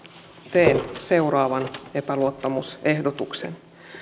teen seuraavan epäluottamusehdotuksen